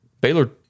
Baylor